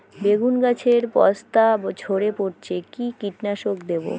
বেগুন গাছের পস্তা ঝরে পড়ছে কি কীটনাশক দেব?